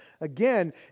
again